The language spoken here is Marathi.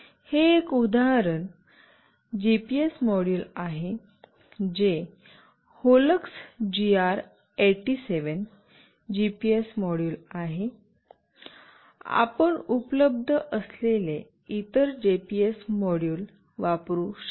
हे एक उदाहरण जीपीएस मॉड्यूल आहे जे होलक्स जीआर 87 जीपीएस मॉड्यूल आहे आपण उपलब्ध असलेले इतर जीपीएस मॉड्यूल वापरू शकता